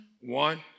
One